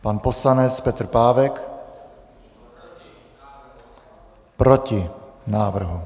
Pan poslanec Petr Pávek: Proti návrhu.